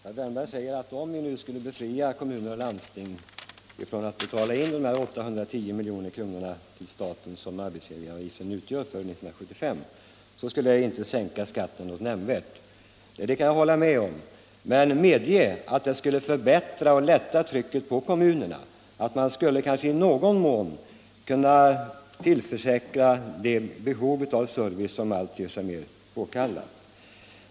Herr talman! Herr Wärnberg säger att om kommuner och landsting skulle befrias från att betala de 810 miljoner som arbetsgivaravgiften utgör för 1975, skulle man därmed inte kunna sänka skatten något nämnvärt. Det kan jag hålla med om, men medge att det skulle lätta trycket på kommunerna, så att de i någon mån skulle kunna tillförsäkra medborgarna den service som är alltmer påkallad.